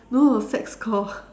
no sex call